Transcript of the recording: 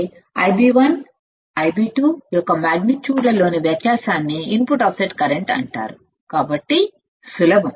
కాబట్టి input offset current అంటే Ib1 మరియు Ib2 యొక్క మాగ్నిట్యూడ్లలోని వ్యత్యాసాన్ని ఇన్పుట్ ఆఫ్సెట్ కరెంట్ అంటారు కాబట్టి సులభం